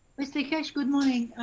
mr keshe, good morning.